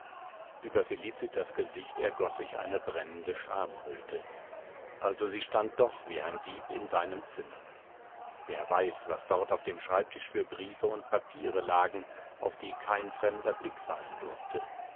ueber felicitas gesicht ergoß sich eine brennende schamröte also sie stand doch wie ein dieb in seinem zimmer wer weiß was dort auf dem schreibtisch für briefe und papiere lagen auf die kein fremder blick fallen durfte